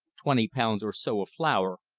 twenty pounds or so of flour,